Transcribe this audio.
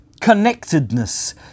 connectedness